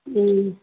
हूँ